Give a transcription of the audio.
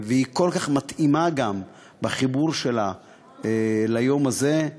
היא גם כל כך מתאימה בחיבור שלה ליום הזה,